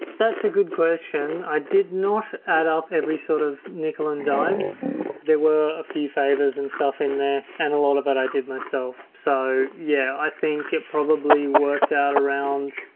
that's a good question? i did not add up every sort of nickel and dime there were a few favors and stuff in there and a lot of that i did myself so, yeah, i think it probably worked out around